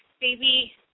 Baby